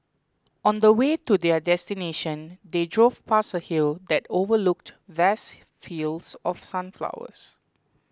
on the way to their destination they drove past a hill that overlooked vast fields of sunflowers